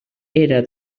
era